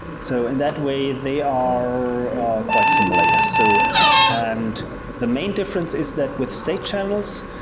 so in that way they are quite similar. yeah so and the main difference is that with state channels,